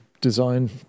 design